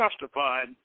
justified